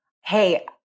Hey